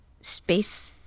space